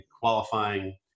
qualifying